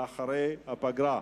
לאחרי הפגרה.